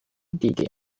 地点